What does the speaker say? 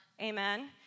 Amen